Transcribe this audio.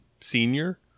senior